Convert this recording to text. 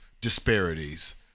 disparities